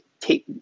take